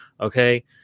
okay